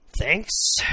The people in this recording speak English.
Thanks